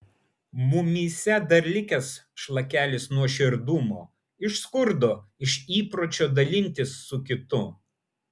mumyse dar likęs šlakelis nuoširdumo iš skurdo iš įpročio dalintis su kitu